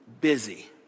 busy